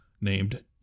named